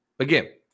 Again